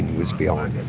was behind it.